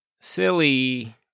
silly